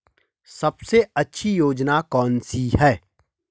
सबसे अच्छी योजना कोनसी है?